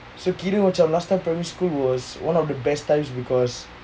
so kira macam last time primary school was one of the best times because